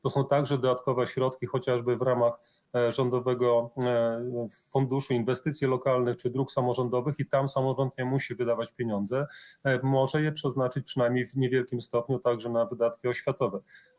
To są także dodatkowe środki chociażby w ramach Rządowego Funduszu Inwestycji Lokalnych czy Funduszu Dróg Samorządowych i tam samorząd nie musi wydawać pieniędzy, może je przeznaczyć przynajmniej w niewielkim stopniu także na wydatki oświatowe.